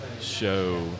show